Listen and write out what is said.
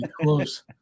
Close